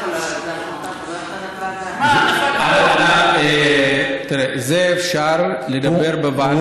על זה אפשר לדבר בוועדה.